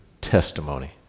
testimony